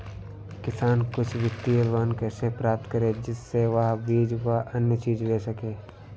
किसान कुछ वित्तीय लोन कैसे प्राप्त करें जिससे वह बीज व अन्य चीज ले सके?